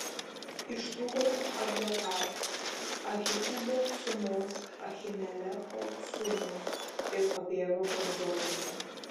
ištrūko tik abjataras ahitubo sūnaus ahimelecho sūnus ir pabėgo pas dovydą